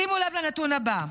שימו לב לנתון הבא: